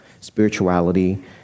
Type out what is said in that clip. Spirituality